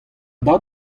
dad